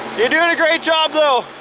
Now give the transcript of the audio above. you're doing a great job though!